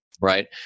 Right